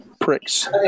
pricks